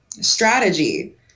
strategy